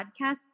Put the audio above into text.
podcast